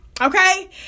Okay